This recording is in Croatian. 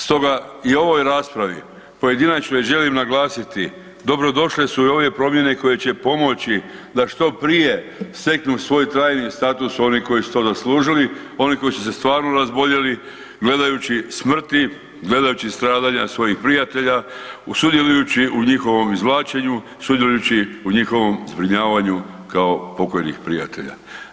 Stoga i u ovoj raspravi pojedinačnoj želim naglasiti dobro došle su i ove promjene koje će pomoći da što prije steknu svoj trajni status oni koji su to zaslužili, oni koji su se stvarno razboljeli gledajući smrti, gledajući stradanja svojih prijatelja, sudjelujući u njihovom izvlačenju, sudjelujući u njihovom zbrinjavanju kao pokojnih prijatelja.